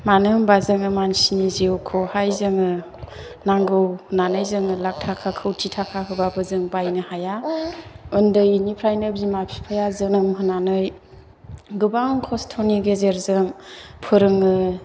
मानो होमबा जोङो मानसिनि जिउखौहाय जोङो नांगौ होनानै जोङो लाख थाखा कौटि थाखा होबाबो जों बायनो हाया उन्दैनिफ्रायनो बिमा बिफाया जोनोम होनानै गोबां खस्थनि गेजेरजों फोरोङो